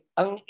ang